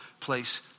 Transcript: place